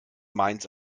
mainz